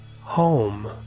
home